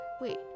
Wait